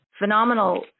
phenomenal